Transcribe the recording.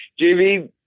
JV